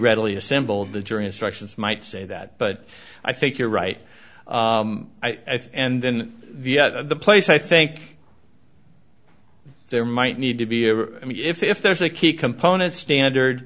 readily assembled the jury instructions might say that but i think you're right i think and then the place i think there might need to be i mean if there's a key component standard